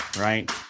right